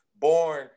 born